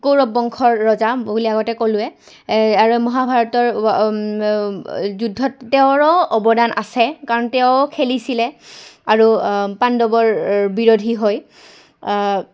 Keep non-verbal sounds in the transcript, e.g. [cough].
কৌৰৱ বংশৰ ৰজা বুলি আগতে ক'লোঁৱে আৰু মহাভাৰতৰ [unintelligible] যুদ্ধত তেওঁৰো অৱদান আছে কাৰণ তেওঁ খেলিছিলে আৰু পাণ্ডৱৰ বিৰধী হৈ